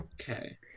Okay